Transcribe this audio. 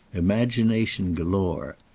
imagination galore,